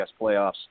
playoffs